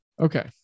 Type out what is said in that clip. Okay